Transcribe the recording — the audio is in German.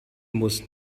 muss